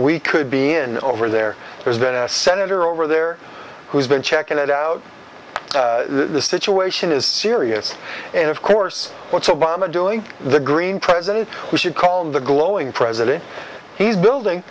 and over there there's been a senator over there who's been checking it out the situation is serious and of course what's obama doing the green president we should call him the glowing president he's building